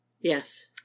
Yes